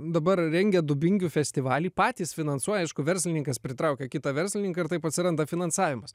dabar rengia dubingių festivalį patys finansuoja aišku verslininkas pritraukia kitą verslininką ir taip atsiranda finansavimas